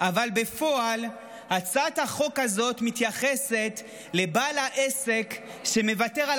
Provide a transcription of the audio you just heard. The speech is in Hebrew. אבל בפועל הצעת החוק הזאת מתייחסת לבעל העסק שמוותר על